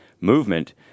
movement